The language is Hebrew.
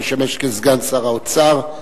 המשמש כסגן שר האוצר.